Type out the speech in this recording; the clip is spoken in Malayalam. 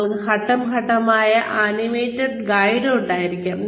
നിങ്ങൾക്ക് ഘട്ടം ഘട്ടമായുള്ള ആനിമേറ്റഡ് ഗൈഡ് ഉണ്ടായിരിക്കാം